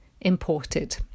imported